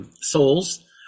souls